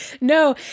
No